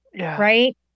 right